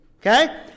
Okay